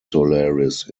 solaris